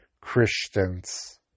Christians